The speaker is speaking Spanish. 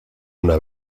una